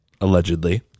allegedly